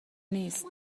نیست